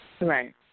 Right